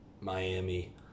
Miami